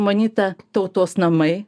manyta tautos namai